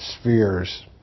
spheres